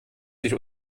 sich